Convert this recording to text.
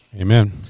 Amen